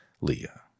Leah